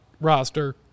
roster